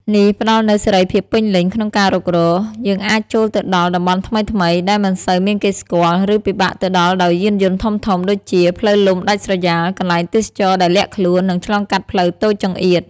នេះផ្តល់នូវ សេរីភាពពេញលេញ ក្នុងការរុករ យើងអាចចូលទៅដល់ តំបន់ថ្មីៗ ដែលមិនសូវមានគេស្គាល់ ឬពិបាកទៅដល់ដោយយានយន្តធំៗ ដូចជា ផ្លូវលំដាច់ស្រយាល កន្លែងទេសចរណ៍ដែលលាក់ខ្លួន និងឆ្លងកាត់ផ្លូវតូចចង្អៀត។